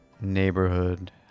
neighborhood